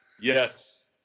Yes